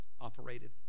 operated